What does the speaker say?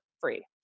free